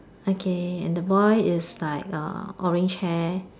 okay and the boy is like uh orange hair